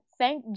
thank